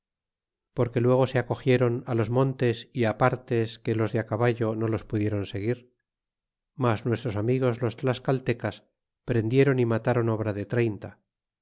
porque luego se acogieron los montes y á partes que los de a caballo no los pudieron seguir mas nuestros amigos los tlascaltecas prendieron y matron obra de treinta